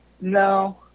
no